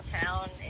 town